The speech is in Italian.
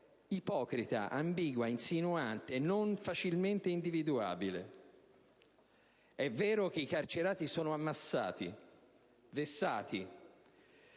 ipocrita, ambigua, insinuante, non facilmente individuabile. È vero che i carcerati sono ammassati, vessati